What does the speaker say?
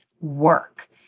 work